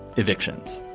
evictions.